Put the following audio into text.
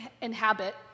inhabit